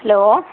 hello